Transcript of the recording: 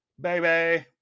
baby